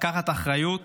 לקחת אחריות